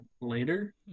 later